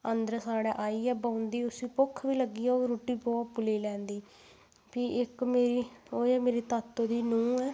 अंदर साढ़े आइयै बौंह्दी उस्सी भुक्ख बी लग्गी होग रुट्टी ओह् आपूं लेई लैंदी फ्ही इक मेरी ओह् ऐ मेरी तातो दी नूंह् ऐ